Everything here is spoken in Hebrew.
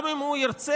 גם אם הוא ירצה,